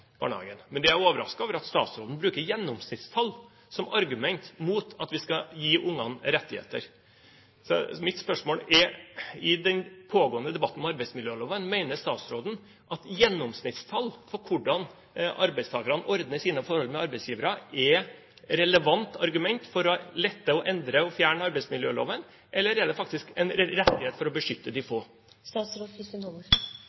Men det jeg er overrasket over, er at statsråden bruker gjennomsnittstall som argument mot at vi skal gi ungene rettigheter. Mitt spørsmål er: I den pågående debatten om arbeidsmiljøloven, mener statsråden at gjennomsnittstall for hvordan arbeidstakerne ordner sine forhold med arbeidsgivere, er relevante argumenter for å lette og endre og fjerne arbeidsmiljøloven, eller er det faktisk en rettighet for å beskytte de